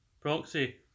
proxy